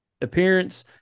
appearance